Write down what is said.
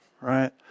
Right